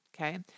Okay